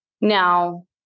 Now